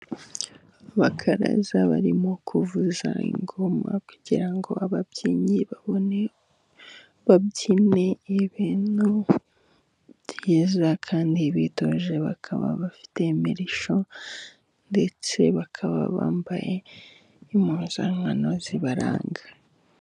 Abakaraza barimo kuvuza ingoma kugira ngo ababyinnyi babone babyine ibintu byiza, kandi bitoje. Bakaba bafite imirishyo, ndetse bakaba bambaye impuzankano zibaranga.